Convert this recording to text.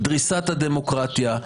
דריסת הדמוקרטיה.